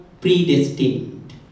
predestined